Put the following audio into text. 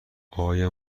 آیا